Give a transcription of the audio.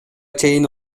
чейин